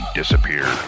disappear